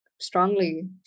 strongly